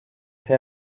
ser